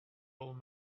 old